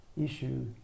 issue